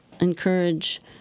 encourage